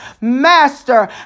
Master